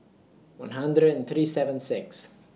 one hundred and thirty seven Sixth